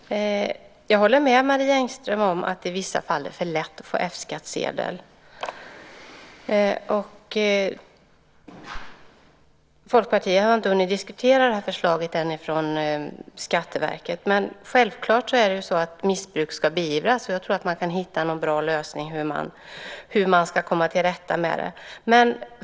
Herr talman! Jag håller med Marie Engström om att det i vissa fall är för lätt att få F-skattsedel. Folkpartiet har ännu inte hunnit diskutera förslaget från Skatteverket. Det är självklart att missbruk ska beivras, och jag tror att man kan hitta en bra lösning för hur man ska komma till rätta med det.